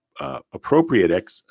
appropriate